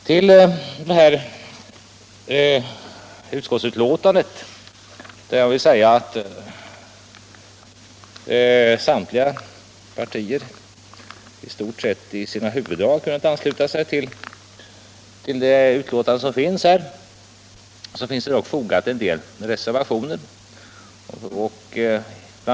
Vid utskottsbetänkandet, till vars huvuddrag samtliga partier i stort sett kunnat ansluta sig, är dock fogade en del reservationer. Bl.